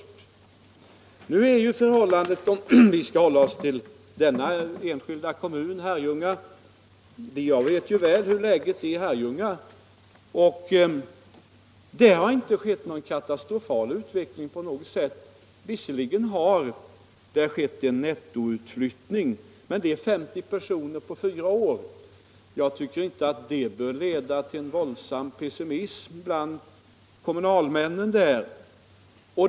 Jag vet väl hur läget är i Herrljunga, om vi nu skall hålla oss till 67 denna enskilda kommun. Där har inte på något sätt skett en katastrofal utveckling. Visserligen har det skett en nettoutflyttning, men den uppgår till 50 personer på fyra år. Jag tycker inte att det bör leda till någon våldsam pessimism bland kommunalmännen där.